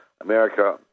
America